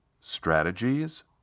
strategies